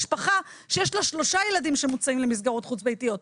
משפחה שיש לה שלושה ילדים שמוצאים למסגרות חוץ ביתיות.